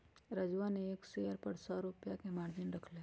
राजूवा ने एक शेयर पर सौ रुपया के मार्जिन रख लय